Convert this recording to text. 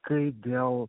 kai dėl